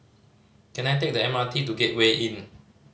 can I take the M R T to Gateway Inn